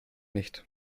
nicht